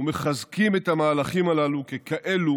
ומחזקים את המהלכים הללו ככאלה